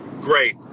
Great